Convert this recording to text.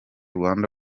rwanda